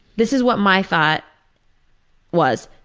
this is what my thought was.